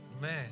man